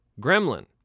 Gremlin